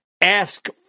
Ask